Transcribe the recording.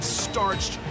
starched